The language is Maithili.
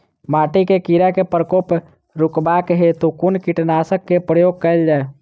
माटि मे कीड़ा केँ प्रकोप रुकबाक हेतु कुन कीटनासक केँ प्रयोग कैल जाय?